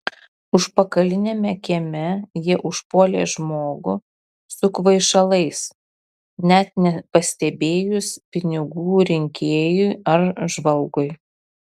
užpakaliniame kieme jie užpuolė žmogų su kvaišalais net nepastebėjus pinigų rinkėjui ar žvalgui